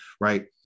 right